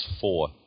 four